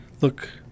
look